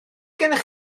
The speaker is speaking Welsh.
gennych